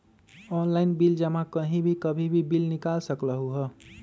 Online bill जमा कहीं भी कभी भी बिल निकाल सकलहु ह?